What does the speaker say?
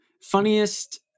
funniest